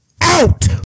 Out